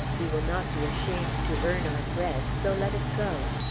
we will not be ashamed to earn our bread, so let it go.